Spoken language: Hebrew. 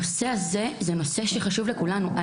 הנושא הזה הוא נושא שחשוב לכולנו.